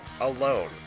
alone